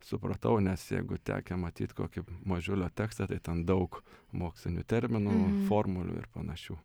supratau nes jeigu tekę matyt kokį mažiulio tekstą tai ten daug mokslinių terminų formulių ir panašių